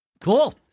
Cool